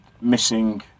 missing